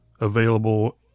available